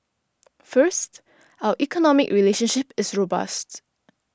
first our economic relationship is robust